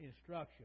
instruction